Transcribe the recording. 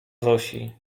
zosi